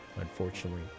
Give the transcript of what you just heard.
Unfortunately